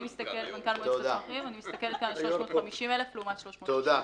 אני מסתכלת כאן על 350,000 לעומת 360,000. תודה.